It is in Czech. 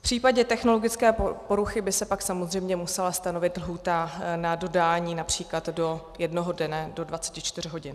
V případě technologické poruchy by se pak samozřejmě musela stanovit lhůta na dodání například do jednoho dne, do 24 hodin.